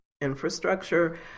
infrastructure